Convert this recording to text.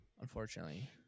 unfortunately